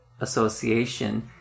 Association